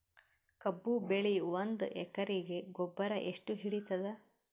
ಕಬ್ಬು ಬೆಳಿ ಒಂದ್ ಎಕರಿಗಿ ಗೊಬ್ಬರ ಎಷ್ಟು ಹಿಡೀತದ?